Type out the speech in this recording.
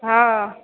हँ